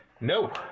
No